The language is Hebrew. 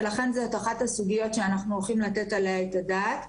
ולכן זו אחת הסוגיות שאנחנו הולכים לתת עליה את הדעת,